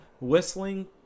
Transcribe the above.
whistling